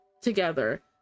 together